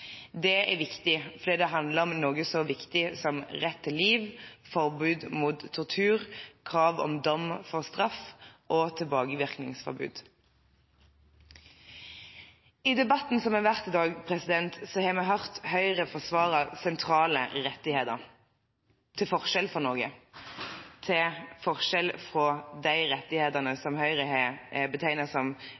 Det er viktig, for det handler om noe så viktig som rett til liv, forbud mot tortur, krav om dom for straff og tilbakevirkningsforbud. I debatten som har vært i dag, har vi hørt Høyre forsvare sentrale rettigheter til forskjell fra noe – til forskjell fra de rettighetene som Høyre har betegnet som